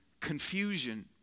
confusion